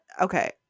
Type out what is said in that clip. okay